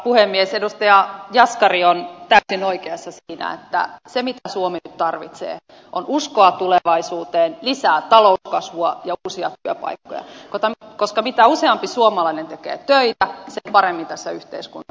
edustaja jaskari on täysin oikeassa siinä että se mitä suomi nyt tarvitsee on uskoa tulevaisuuteen lisää talouskasvua ja uusia työpaikkoja koska mitä useampi suomalainen tekee töitä sen paremmin tässä yhteiskunnassa menee